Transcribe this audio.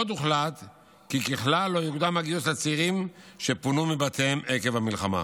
עוד הוחלט כי ככלל לא יוקדם הגיוס לצעירים שפונו מבתיהם עקב המלחמה.